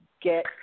get